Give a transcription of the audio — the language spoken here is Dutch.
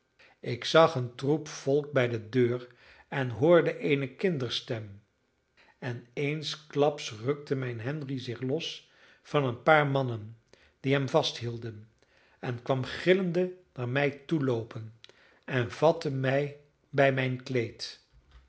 ik zag een troep volk bij de deur en hoorde eene kinderstem en eensklaps rukte mijn henry zich los van een paar mannen die hem vasthielden en kwam gillende naar mij toeloopen en vatte mij bij mijn kleed